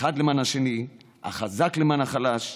אחד למען השני, החזק למען החלש,